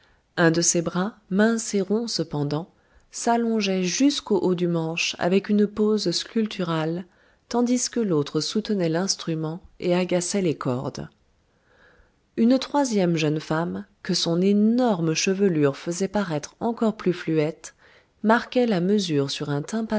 un de ses bras mince et rond cependant s'allongeait jusqu'au haut du manche avec une pose sculpturale tandis que l'autre soutenait l'instrument et agaçait les cordes une troisième jeune femme que son énorme chevelure faisait paraître encore plus fluette marquait la mesure sur un